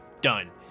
done